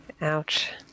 Ouch